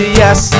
yes